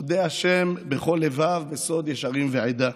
מודי ה' בכל לבב, בסוד ישרים ועדה,